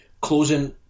closing